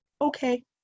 okay